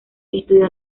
estudió